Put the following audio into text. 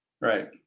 Right